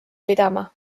pidama